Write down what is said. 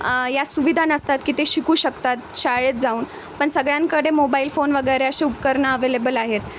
या सुविधा नसतात की ते शिकू शकतात शाळेत जाऊन पण सगळ्यांकडे मोबाईल फोन वगैरे असे उपकरणं अव्हेलेबल आहेत